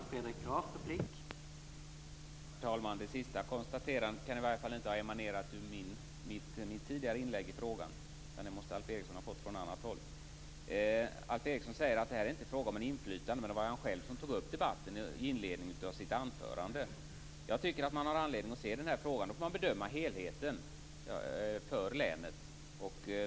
Herr talman! Det senaste konstaterandet kan i varje fall inte ha emanerat ur mitt tidigare inlägg i frågan, utan det måste Alf Eriksson ha fått från annat håll. Alf Eriksson säger att det inte är fråga om inflytande. Men det var han själv som tog upp den debatten i inledningen av sitt anförande. Jag tycker att man har anledning att i den här frågan bedöma helheten för länet.